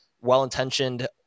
well-intentioned